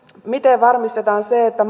miten varmistetaan se että